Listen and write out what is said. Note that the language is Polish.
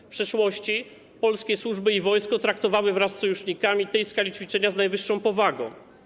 W przeszłości polskie służby i wojsko traktowały wraz z sojusznikami tej skali ćwiczenia z najwyższą powagą.